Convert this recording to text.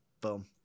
Boom